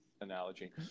analogy